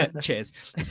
Cheers